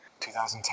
2010